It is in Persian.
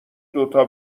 دوتا